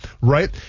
right